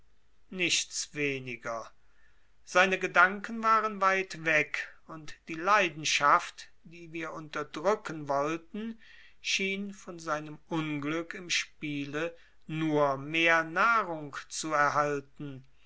nichts weniger seine gedanken waren weit weg und die leidenschaft die wir unterdrücken wollten schien von seinem unglück im spiele nur mehr nahrung zu erhalten